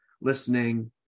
listening